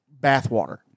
bathwater